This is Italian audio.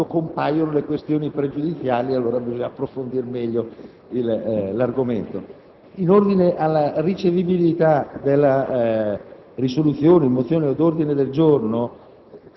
in occasione delle questioni pregiudiziali e allora bisogna approfondire meglio l'argomento. In ordine alla ricevibilità di risoluzioni, mozioni o ordini del giorno,